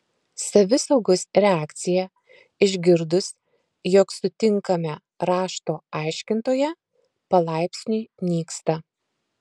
savisaugos reakcija išgirdus jog sutinkame rašto aiškintoją palaipsniui nyksta